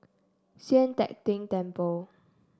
Sian Teck Tng Temple